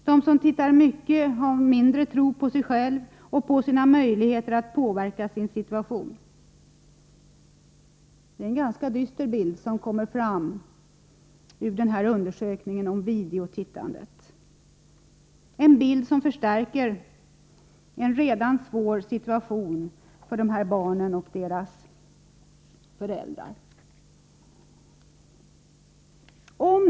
De har också mindre tro på sig själva och på sina möjligheter att påverka sin situation. Det är alltså en ganska dyster bild som kommer fram från undersökningen om videotittandet — en bild som förstärker insikten om att dessa barn och deras föräldrar befinner sig i en svår situation.